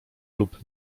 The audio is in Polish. lub